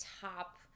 top